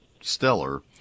stellar